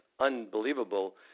unbelievable